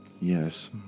Yes